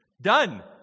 done